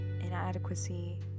inadequacy